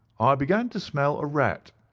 i began to smell a rat.